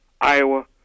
Iowa